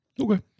Okay